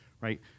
right